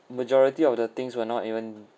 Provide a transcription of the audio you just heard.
majority of the things were not even